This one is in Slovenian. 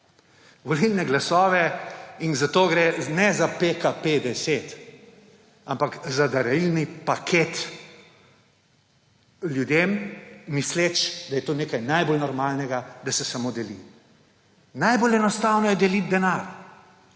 volilne glasove. Za to gre, ne za PKP10, ampak za darilni paket ljudem, misleč, da je to nekaj najbolj normalnega, da se samo deli. Najbolj enostavno je deliti denar.